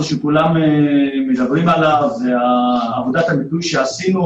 שכולם מדברים עליו ולעבודת המיפוי שעשינו,